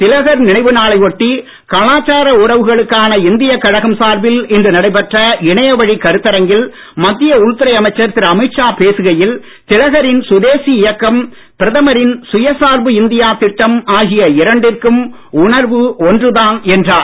திலகர் நினைவு நாளை ஒட்டி கலாச்சார உறவுகளுக்கான இந்திய கழகம் சார்பில் இன்று நடைபெற்ற இணையவழி கருத்தரங்கில் மத்திய உள்துறை அமைச்சர் திரு அமித் ஷா பேசுகையில் திலகரின் சுதேசி இயக்கம் பிரதமரின் சுயசார்பு இந்தியா திட்டம் ஆகிய இரண்டிற்கும் உணர்வு ஒன்றுதான் என்றார்